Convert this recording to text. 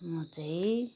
म चाहिँ